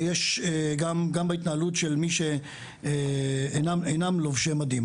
יש גם בהתנהלות של מי שאינם לובשי מדים.